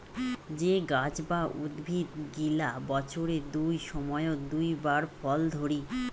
যে গাছ বা উদ্ভিদ গিলা বছরের দুই সময়ত দুই বার ফল ধরি